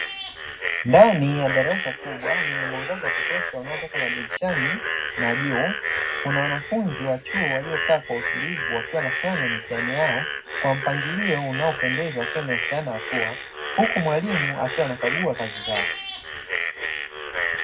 Ndani ya darasa kubwa lenye mwangaza wa kutosha unaotoka madirishani, na juu kuna wanafunzi wa chuo waliokaa kwa utulivu wakiwa wanafanya mitihani yao kwa mpangilio unaopendeza, wakiwa wameachiana hatua; huku mwalimu akiwa anakagua kazi zao.